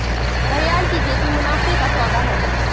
घड़ियाल की खेती मुनाफे का सौदा है